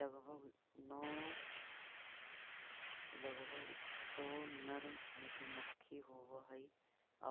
लगभग सौ नर मधुमक्खी होवऽ हइ